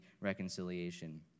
reconciliation